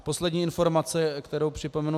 Poslední informace, kterou připomenu.